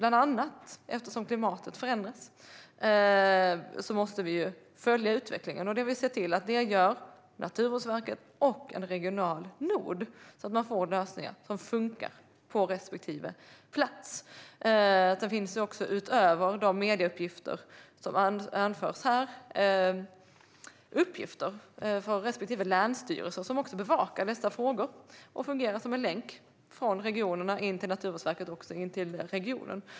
Bland annat eftersom klimatet förändras måste vi ju följa utvecklingen, och vi har sett till att det görs via Naturvårdsverket och regionala noder så att man får lösningar som funkar på respektive plats. Utöver de medieuppgifter som anförs här finns det även uppgifter från respektive länsstyrelse, som också bevakar dessa frågor och fungerar som en länk från regionerna in till Naturvårdsverket och in till regionen.